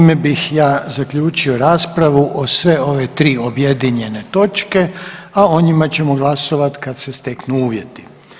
Time bih ja zaključio raspravu o sve ove tri objedinjene točke, a o njima ćemo glasovati kada se steknu uvjeti.